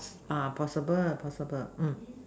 ah possible possible um